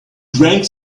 drank